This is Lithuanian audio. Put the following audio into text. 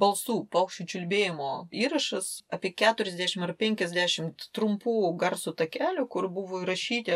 balsų paukščių čiulbėjimo įrašas apie keturiasdešim ar penkiasdešimt trumpų garso takelių kur buvo įrašyti